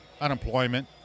unemployment